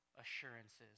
assurances